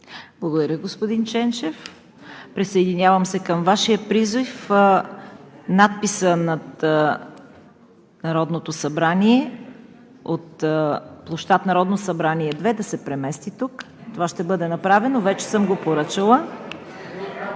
Благодаря, господин Ченчев. Присъединявам се към Вашия призив надписът над Народното събрание от площад „Народно събрание“ № 2 да се премести тук. Това ще бъде направено. Вече съм го поръчала.